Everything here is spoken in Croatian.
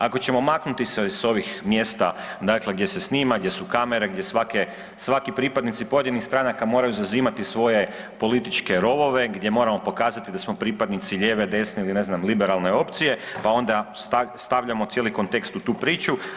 Ako ćemo maknuti se s ovih mjesta dakle, gdje se snima, gdje su kamere, gdje svaki pripadnici pojedinih stranaka moraju zauzimati svoje političke rovove, gdje moramo pokazati da smo pripadnici lijeve, desne ili ne znam, liberalne opcije, pa onda stavljamo cijeli kontekstu u tu priču.